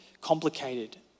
complicated